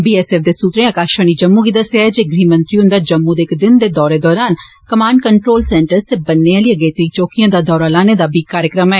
बी S F दे सूत्रे आकाशवाणी जम्मू गी दस्सेआ जे गृहमंत्री हुन्दा जम्मू दे इक दिन दे दौरे दौरान कमांड कंट्रोल सैन्टर्ज़ ते बन्ने आली अगेतरीएं चौकिएं दा दौरा लाने दा बी प्रोग्राम ऐ